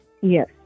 Yes